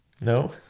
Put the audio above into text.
no